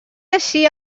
així